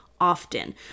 often